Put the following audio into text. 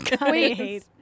Wait